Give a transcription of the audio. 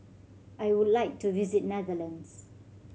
I would like to visit Netherlands